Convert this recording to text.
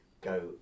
go